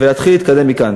ולהתחיל להתקדם מכאן.